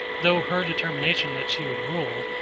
though her determination that she would rule,